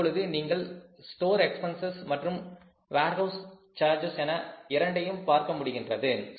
இப்பொழுது நீங்கள் store expenses மற்றும் வேர்ஹவுஸ் சார்ஜஸ் என இரண்டையும் பார்க்க முடிகின்றது